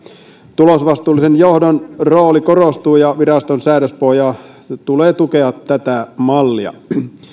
tulosvastuullisen johdon rooli korostuu ja viraston säädöspohjan tulee tukea tätä mallia